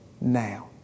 now